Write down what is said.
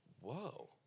whoa